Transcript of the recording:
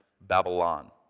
Babylon